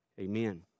Amen